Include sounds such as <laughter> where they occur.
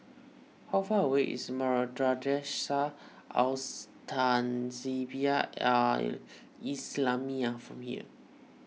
how far away is <unintelligible> Al <unintelligible> Tahzibiah Al Islamiah from here